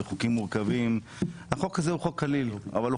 בחוקים מורכבים אבל החוק הזה הוא חוק קליל אבל הוא